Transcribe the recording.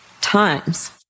times